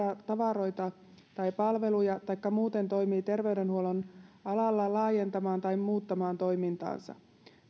tavaroita tai palveluja taikka muuten toimii terveydenhuollon alalla laajentamaan tai muuttamaan toimintaansa